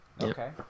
okay